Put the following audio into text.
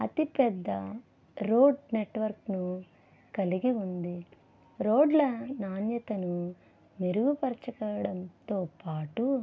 అతి పెద్ద రోడ్ నెట్వర్క్ను కలిగి ఉంది రోడ్లను నాణ్యతను మెరుగుపరుచుకోవడంతో పాటు